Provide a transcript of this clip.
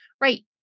right